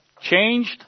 changed